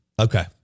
Okay